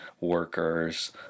workers